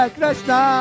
Krishna